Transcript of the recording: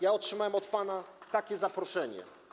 Ja otrzymałem od pana takie oto zaproszenie.